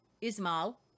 Ismail